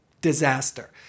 disaster